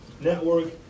Network